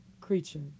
creature